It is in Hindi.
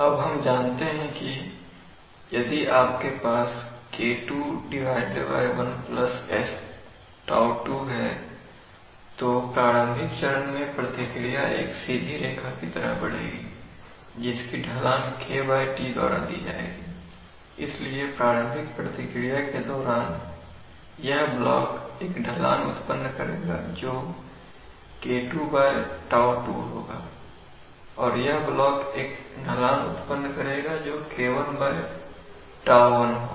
अब हम जानते हैं कि यदि आपके पास K2 1sτ2 है तो प्रारंभिक चरण में प्रतिक्रिया एक सीधी रेखा की तरह बढ़ेगी जिसकी ढलान Kτ द्वारा दी जाएगी इसलिए प्रारंभिक प्रतिक्रिया के दौरान यह ब्लॉक एक ढलान उत्पन्न करेगा जो K2 τ2 होगा और यह ब्लॉक एक ढलान उत्पन्न करेगा जो K1 τ1 होगा